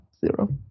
Zero